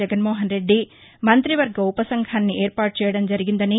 జగన్మోహన్రెడ్డి మంతివర్గ ఉప సంఘాన్ని ఏర్పాటు చెయ్యటం జరిగిందని